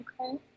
Okay